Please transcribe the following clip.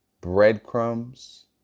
breadcrumbs